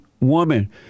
woman